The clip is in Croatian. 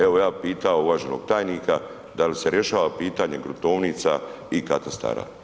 Evo ja bih pitao uvaženog tajnika dal se rješava pitanje gruntovnica i katastara?